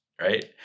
right